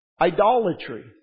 Idolatry